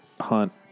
hunt